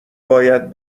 باید